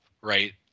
right